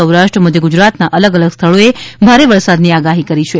સૌરાષ્ટ્ર મધ્ય ગુજરાતના અલગ અલગ સ્થળોએ ભારે વરસાદની આગાહી કરી છે